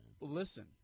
Listen